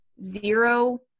zero